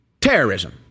Terrorism